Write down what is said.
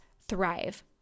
thrive